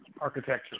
Architecture